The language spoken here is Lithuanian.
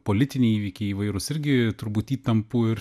politiniai įvykai įvairūs irgi turbūt įtampų ir